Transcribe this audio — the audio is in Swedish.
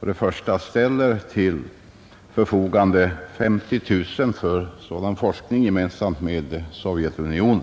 för det första ställer till förfogande 50 000 kronor för sådan forskning gemensamt med Sovjetunionen.